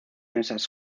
esas